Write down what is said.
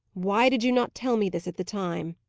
why did you not tell me this at the time?